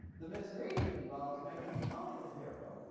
the misreading involves making tony the hero